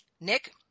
Nick